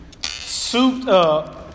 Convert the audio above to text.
souped-up